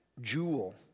jewel